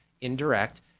indirect